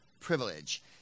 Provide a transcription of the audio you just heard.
privilege